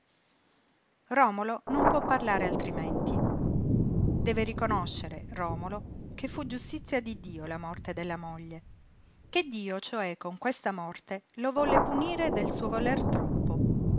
romolo non può parlare altrimenti deve riconoscere romolo che fu giustizia di dio la morte della moglie che dio cioè con questa morte lo volle punire del suo voler troppo